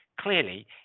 clearly